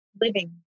living